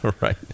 Right